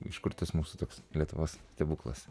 iš kur tas mūsų toks lietuvos stebuklas